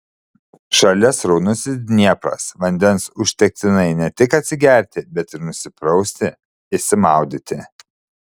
šalia sraunusis dniepras vandens užtektinai ne tik atsigerti bet ir nusiprausti išsimaudyti